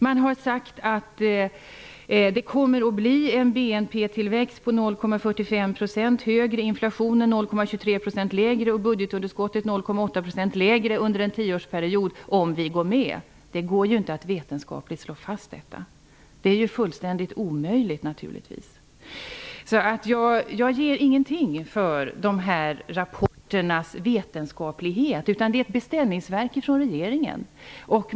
Man har sagt att det kommer att bli en BNP-tillväxt på 0,45 %, att inflationen blir 0,23 % lägre och budgetunderskottet 0,8 % lägre under en tioårsperiod om vi går med. Det går inte att vetenskapligt slå fast detta. Det är naturligtvis fullständigt omöjligt. Jag ger ingenting för de här rapporternas vetenskaplighet. Det är ett beställningsverk från regeringen.